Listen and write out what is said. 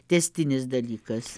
tęstinis dalykas